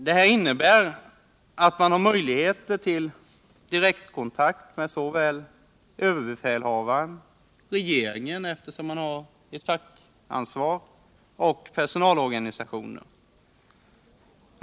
Det här innebär att man har möjligheter till direktkontakt såväl med överbefälhavaren och regeringen — eftersom man har ett fackansvar — som med personalorganisationer.